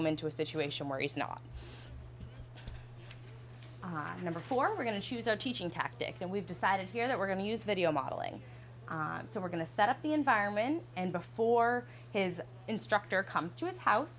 him into a situation where he's not on a number form are going to choose a teaching tactic and we've decided here that we're going to use video modeling so we're going to set up the environment and before his instructor comes to his house